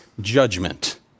judgment